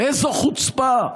באיזו חוצפה,